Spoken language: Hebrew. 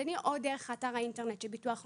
או דרך אתר האינטרנט של ביטוח לאומי,